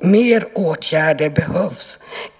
Mer åtgärder behövs!